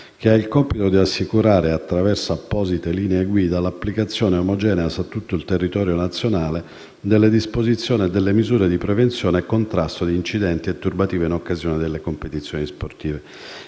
che ha il compito di assicurare, attraverso apposite linee guida, l'applicazione omogenea su tutto il territorio nazionale delle disposizioni e delle misure di prevenzione e contrasto di incidenti e turbative in occasione delle competizioni sportive.